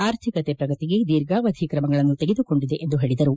ಅರ್ಥಿಕತೆ ಪ್ರಗತಿಗೆ ದೀರ್ಘಾವಧಿ ಕ್ರಮಗಳನ್ನು ತೆಗೆದುಕೊಂಡಿದೆ ಎಂದು ಹೇಳಿದರು